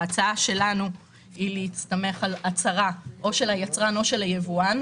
ההצעה שלנו היא להסתמך על הצהרה של היצרן או היבואן.